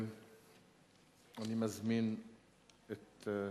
אני מזמין את המסתייגים.